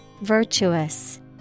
Virtuous